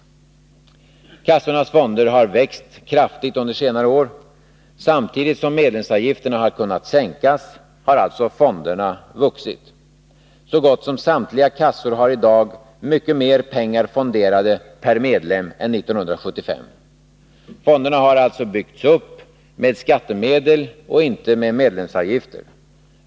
Kassornas fonder har växt kraftigt under senare år. Samtidigt som medlemsavgifterna har kunnat sänkas har alltså fonderna vuxit. Så gott som samtliga kassor har i dag mycket mer pengar fonderade per medlem än 1975. Fonderna har alltså byggts upp med skattemedel och inte med medlemsavgifterna.